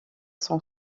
son